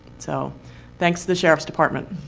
so thanks to the sheriff's department.